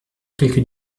quelques